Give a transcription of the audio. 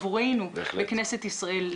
עבורנו בכנסת ישראל,